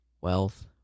wealth